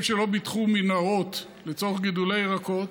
שלא ביטחו מנהרות לצורך גידולי ירקות.